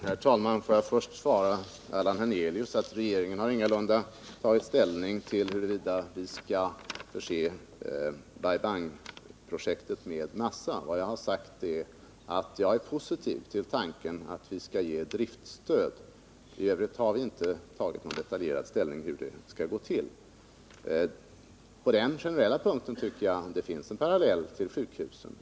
Herr talman! Får jag först svara Allan Hernelius att regeringen ingalunda har tagit ställning till huruvida vi skall förse Bai Bang-projektet med massa. Jag har sagt att jag är positiv till tanken att vi skall ge driftstöd. I övrigt har vi inte tagit någon detaljerad ställning till hur det skall gå till. På den generella punkten tycker jag det finns en parallell till sjukhusen.